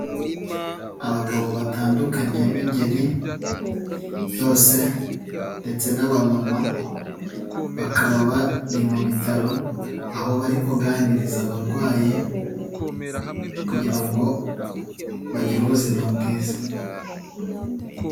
Abagabo batandukanye b'ingeri, zose, ndetse n'abamama, bakaba bari mu bitaro, aho bari kuganiriza abarwayi, kugira ngo bagire ubuzima bwiza.